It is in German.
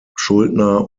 schuldner